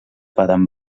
baden